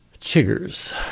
Chiggers